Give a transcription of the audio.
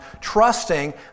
trusting